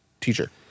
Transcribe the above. teacher